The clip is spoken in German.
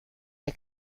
der